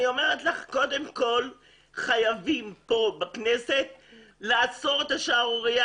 אני אומרת לך שחייבים כאן בכנסת לעצור את השערורייה